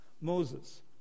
Moses